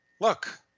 Look